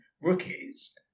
rookies